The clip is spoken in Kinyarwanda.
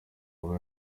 aba